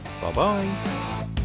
Bye-bye